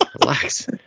relax